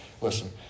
Listen